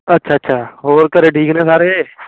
ਅੱਛਾ ਅੱਛਾ ਹੋਰ ਘਰ ਠੀਕ ਨੇ ਸਾਰੇ